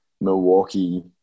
Milwaukee